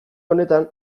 honetan